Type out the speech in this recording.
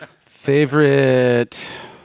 Favorite